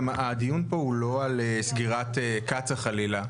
גם הדיון פה הוא לא על סגירת קצא"א חלילה,